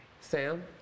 Sam